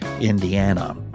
Indiana